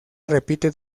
repite